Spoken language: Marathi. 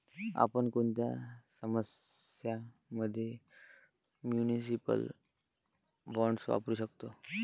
आपण कोणत्या समस्यां मध्ये म्युनिसिपल बॉण्ड्स वापरू शकतो?